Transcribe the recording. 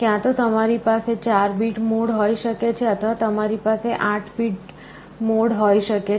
ક્યાં તો તમારી પાસે 4 બીટ મોડ હોઈ શકે છે અથવા તમારી પાસે 8 બીટ મોડ હોઈ શકે છે